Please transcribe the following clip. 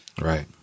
Right